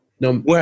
No